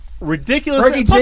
ridiculous